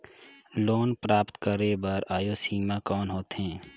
Loan प्राप्त करे बर आयु सीमा कौन होथे?